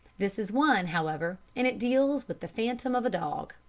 this is one, however, and it deals with the phantom of a dog